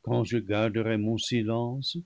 quand je garderais mon silence